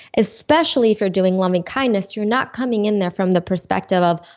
especially if you're doing loving-kindness. you're not coming in there from the perspective of,